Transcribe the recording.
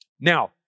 Now